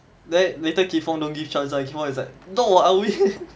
the later kee fong don't give chance one kee fong is like no I win